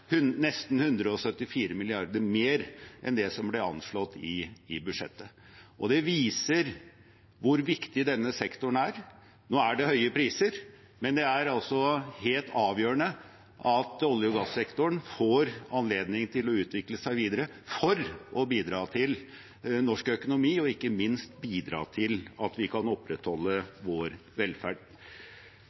nesten 174 mrd. kr mer enn det som ble anslått i budsjettet. Det viser hvor viktig denne sektoren er. Nå er det høye priser, men det er altså helt avgjørende at olje- og gassektoren får anledning til å utvikle seg videre for å bidra til norsk økonomi, og ikke minst bidra til at vi kan opprettholde vår velferd.